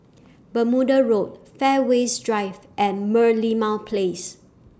Bermuda Road Fairways Drive and Merlimau Place